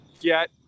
get